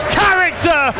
character